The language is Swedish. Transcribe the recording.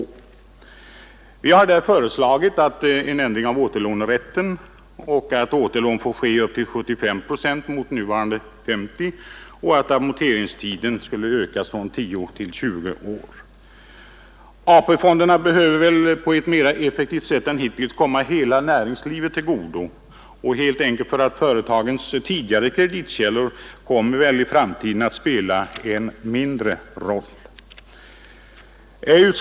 Vi har därför föreslagit en ändring av återlånerätten så att återlån får ske upp till 75 procent mot för närvarande 50 procent och så att amorteringstiden ökas från 10 till 20 år. AP-fonderna behöver väl på ett mera effektivt sätt än hittills komma hela näringslivet till godo, helt enkelt därför att företagens tidigare kreditkällor kommer att spela en allt mindre roll.